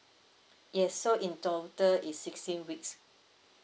yes so in total it's sixteen weeks